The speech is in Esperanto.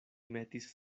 metis